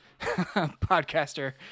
podcaster